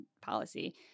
policy